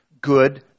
Good